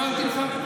אמרתי לך,